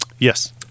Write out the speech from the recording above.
Yes